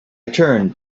turned